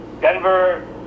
Denver